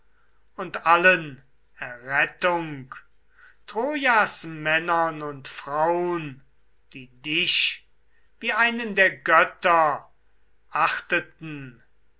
und allen errettung trojas männern und fraun die dich wie einen der götter also